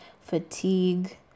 fatigue